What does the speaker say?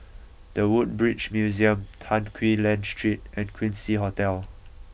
the Woodbridge Museum Tan Quee Lan Street and Quincy Hotel